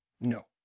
No